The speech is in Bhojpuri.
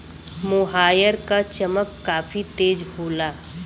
मोहायर क चमक काफी तेज होला